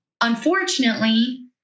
unfortunately